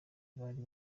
bari